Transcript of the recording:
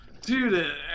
dude